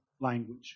language